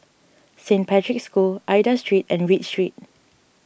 Saint Patrick's School Aida Street and Read Street